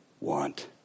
want